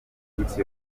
iminsi